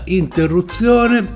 interruzione